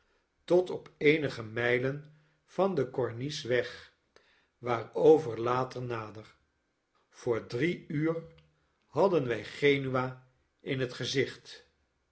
tot op eenige mijlen van den c o r n i c e weg waarover later nader voor drie uur hadden wij genua in het gezicht